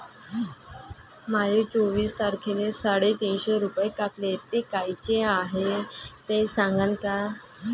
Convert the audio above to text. माये चोवीस तारखेले साडेतीनशे रूपे कापले, ते कायचे हाय ते सांगान का?